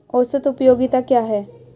औसत उपयोगिता क्या है?